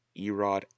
Erod